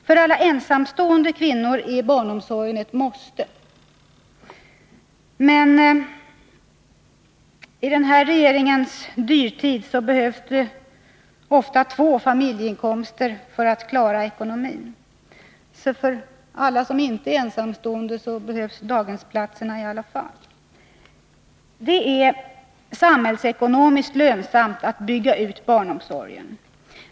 För alla ensamstående kvinnor är barnomsorgen ett måste. Men i denna regerings dyrtid behövs ofta två familjeinkomster för att klara ekonomin. Också för alla som inte är ensamstående behövs alltså daghemsplatserna. Det är samhällsekonomiskt lönsamt att bygga ut barnomsorgen.